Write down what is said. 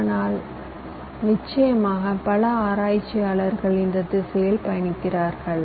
ஆனால் நிச்சயமாக பல ஆராய்ச்சியாளர்கள் இந்த திசையில் பயணிக்கிறார்கள்